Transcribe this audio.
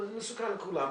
אבל זה מסוכן לכולם,